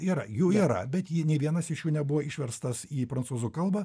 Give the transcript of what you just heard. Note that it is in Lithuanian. yra jų yra bet jie nė vienas iš jų nebuvo išverstas į prancūzų kalbą